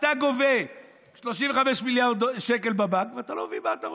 אתה גובה 35 מיליארד שקל בבנק ואתה לא מבין מה אתה רוצה.